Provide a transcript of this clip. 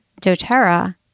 doTERRA